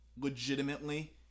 legitimately